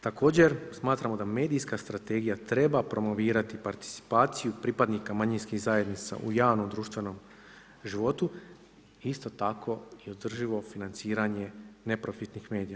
Također smatramo da medijska strategija treba promovirati participaciju pripadnika manjinskih zajednica u javnom društvenom životu, isto tako održivo financiranje neprofitnih medija.